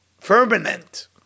permanent